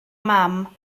mam